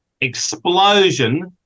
explosion